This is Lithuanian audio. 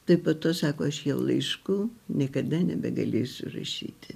tai po to sako aš jau laiškų niekada nebegalėsiu rašyti